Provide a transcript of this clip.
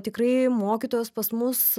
tikrai mokytojos pas mus